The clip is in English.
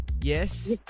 yes